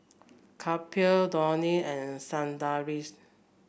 Kapil Dhoni and Sundaresh